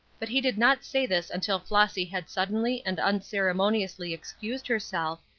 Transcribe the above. but he did not say this until flossy had suddenly and unceremoniously excused herself,